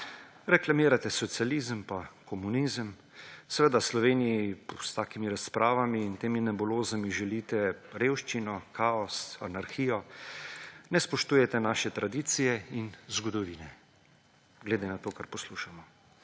Reklamirate socializem pa komunizem. Seveda, Sloveniji s takimi razpravami in temi nebulozami želite revščino, kaos, anarhijo, ne spoštujete naše tradicije in zgodovine, glede na to, kar poslušamo.